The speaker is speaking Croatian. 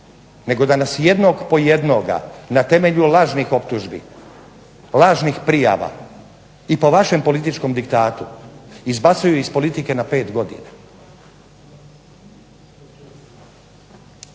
nego da nas jednog po jednog na temelju lažnih optužbi, lažnih prijava i po vašem političkom diktatu izbacuju iz politike na pet godina.